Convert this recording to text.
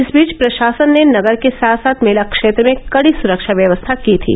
इस बीच प्रशासन ने नगर के साथ साथ मेला क्षेत्र में कड़ी सुरक्षा व्यवस्था की थी